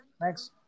thanks